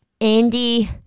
Andy